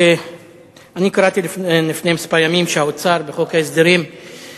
שאני קראתי לפני כמה ימים שהאוצר מתכנן